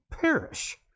perish